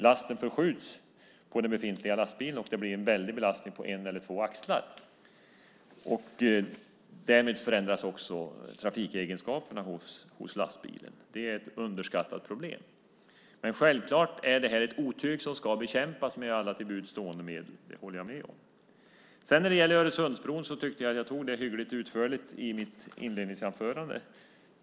Lasten förskjuts då på den befintliga lastbilen, och det blir en väldig belastning på en eller två axlar. Därmed förändras också lastbilens trafikegenskaper. Det är ett underskattat problem. Men självklart är det här ett otyg som ska bekämpas med alla till buds stående medel. Det håller jag med om. När det gäller Öresundsbron tycker jag att jag tog det hyggligt utförligt i mitt inledningsanförande.